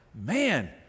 Man